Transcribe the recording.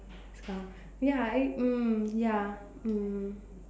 Scar ya I um ya mm